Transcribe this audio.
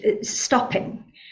stopping